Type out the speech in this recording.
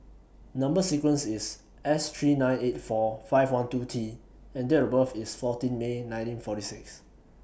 Number sequence IS S three nine eight four five one two T and Date of birth IS fourteen May nineteen forty six